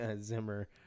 Zimmer